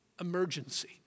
emergency